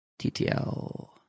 TTL